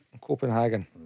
Copenhagen